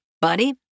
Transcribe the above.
buddy